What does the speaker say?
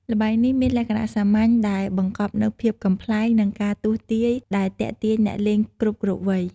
ល្បែងនេះមានលក្ខណៈសាមញ្ញ តែបង្កប់នូវភាពកំប្លែង និងការទស្សន៍ទាយដែលទាក់ទាញអ្នកលេងគ្រប់ៗវ័យ។